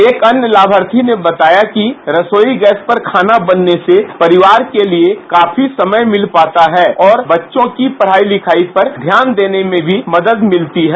एक अन्य लाभार्थी ने बताया कि रसोई गैस पर खाना बनने से परिवार के लिए काफी समय मिल पाता है और बच्चों की पढाई लिखाई पर ध्यान देने में भी मदद मिलती है